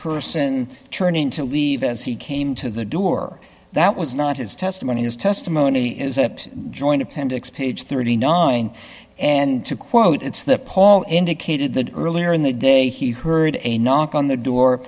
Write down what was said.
person turning to leave as he came to the door that was not his testimony his testimony is a joint appendix page thirty nine and two quote it's that paul indicated that earlier in the day he heard a knock on the door